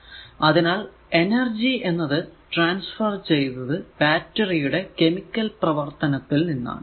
അതിനാൽ എനർജി എന്നത് ട്രാൻസ്ഫർ ചെയ്തത് ബാറ്ററി യുടെ കെമിക്കൽ പ്രവർത്തനത്തിൽ നിന്നാണ്